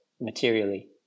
materially